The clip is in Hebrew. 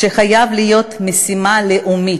שחייב להיות משימה לאומית,